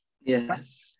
yes